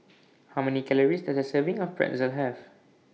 How Many Calories Does A Serving of Pretzel Have